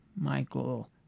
Michael